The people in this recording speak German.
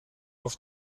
auf